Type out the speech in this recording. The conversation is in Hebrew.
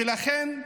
ולכן,